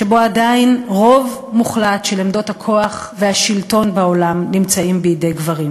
שבו עדיין רוב מוחלט של עמדות הכוח והשלטון בעולם נמצאות בידי גברים.